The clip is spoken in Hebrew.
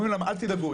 אומרים להם אל תדאגו,